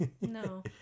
No